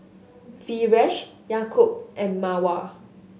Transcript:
Firash Yaakob and Mawar